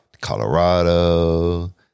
Colorado